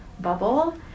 bubble